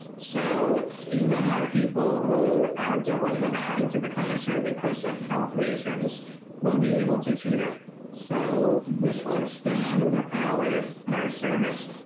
so even are people who don't want to go back into the classroom because of health reasons we'll be able to tune or so this will expand our our service.